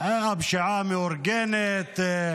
הפשיעה המאורגנת.